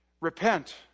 repent